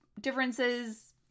differences